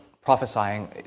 prophesying